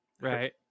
Right